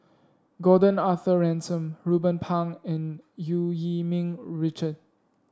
Gordon Arthur Ransome Ruben Pang and Eu Yee Ming Richard